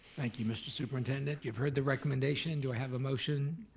thank you mr. superintendent. you've heard the recommendation, do i have a motion?